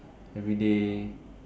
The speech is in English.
everyday